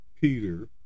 Peter